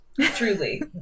Truly